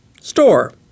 store